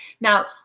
Now